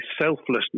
selflessness